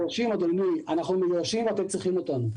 אדוני, אנחנו נדרשים ואתם צריכים אותנו.